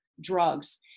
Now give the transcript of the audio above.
drugs